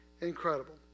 incredible